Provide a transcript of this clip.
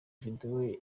video